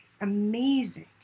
amazing